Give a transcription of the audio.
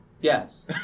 Yes